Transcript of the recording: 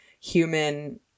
human